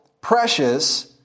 precious